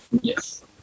yes